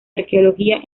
arqueología